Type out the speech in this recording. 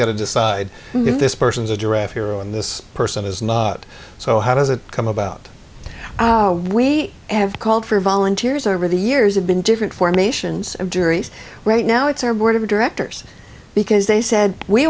got to decide if this person's a giraffe here on this person is not so how does it come about we have called for volunteers over the years have been different formations and juries right now it's our board of directors because they said we